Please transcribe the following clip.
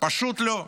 פשוט לא.